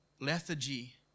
lethargy